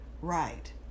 Right